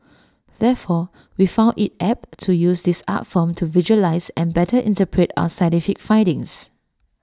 therefore we found IT apt to use this art form to visualise and better interpret our scientific findings